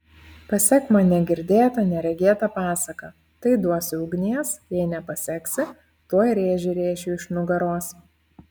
pasek man negirdėtą neregėtą pasaką tai duosiu ugnies jei nepaseksi tuoj rėžį rėšiu iš nugaros